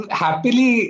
happily